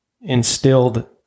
instilled